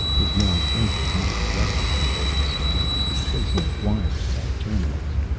his long fingers moved restlessly over the schematics, tracing wiring and terminals.